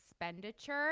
expenditure